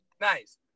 Nice